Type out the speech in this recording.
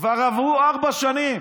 כבר עברו ארבע שנים,